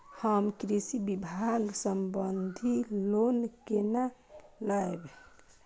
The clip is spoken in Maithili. हम कृषि विभाग संबंधी लोन केना लैब?